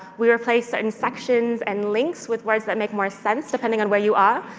we replaced certain sections and links with words that make more sense, depending on where you are.